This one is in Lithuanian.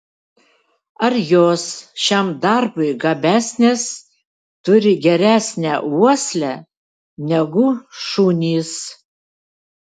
ar jos šiam darbui gabesnės turi geresnę uoslę negu šunys